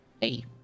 Hey